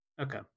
Okay